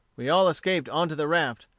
we all escaped on to the raft,